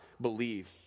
believe